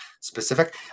specific